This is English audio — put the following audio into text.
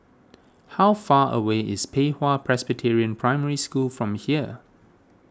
how far away is Pei Hwa Presbyterian Primary School from here